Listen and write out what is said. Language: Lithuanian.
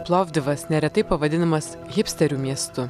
plovdivas neretai pavadinamas hipsterių miestu